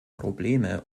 probleme